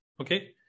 okay